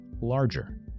larger